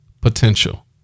potential